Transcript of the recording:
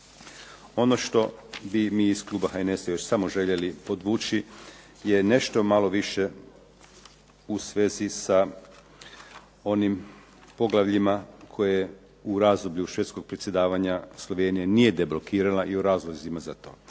Ono što bi mi iz kluba HNS-a još samo željeli podvući je nešto malo više u svezi sa onim poglavljima koje u razdoblju Švedskog predsjedavanja Slovenija nije deblokirala i o razlozima za to.